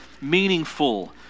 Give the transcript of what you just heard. meaningful